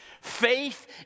Faith